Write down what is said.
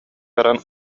баран